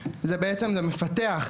מפתח,